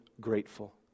grateful